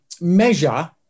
measure